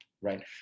right